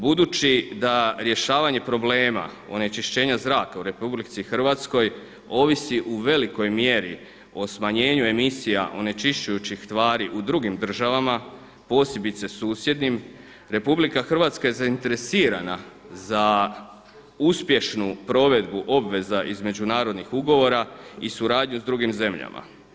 Budući da rješavanje problema onečišćenja zraka u RH ovisi u velikoj mjeri o smanjenju emisija onečišćujućih tvari u drugim državama, posebice susjednim, RH je zainteresirana za uspješnu provedbu obveza iz međunarodnih ugovora i suradnju sa drugim zemljama.